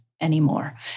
anymore